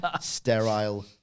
sterile